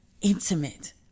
intimate